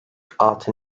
altı